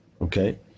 okay